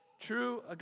True